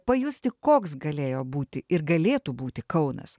pajusti koks galėjo būti ir galėtų būti kaunas